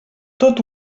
tot